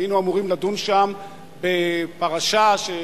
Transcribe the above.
היינו אמורים לדון שם בפרשה של